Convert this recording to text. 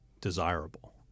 desirable